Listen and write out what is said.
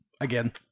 again